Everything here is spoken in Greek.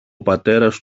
πατέρας